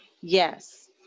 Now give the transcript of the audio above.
Yes